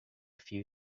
few